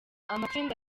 amatsinda